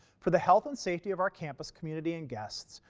for the health and safety of our campus, community, and guests,